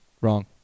Wrong